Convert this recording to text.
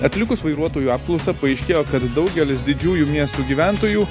atlikus vairuotojų apklausą paaiškėjo kad daugelis didžiųjų miestų gyventojų